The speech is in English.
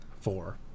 Four